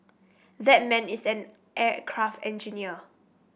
that man is an aircraft engineer